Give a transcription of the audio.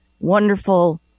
wonderful